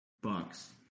Bucks